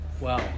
Wow